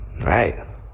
Right